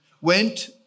went